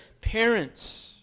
parents